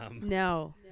No